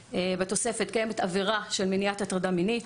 בתוספת קיימת עבירה של מניעת הטרדה מינית.